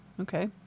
Okay